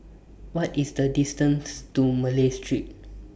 What IS The distance to Malay Street